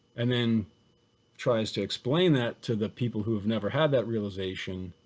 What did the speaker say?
and then tries to explain that to the people who have never had that realization.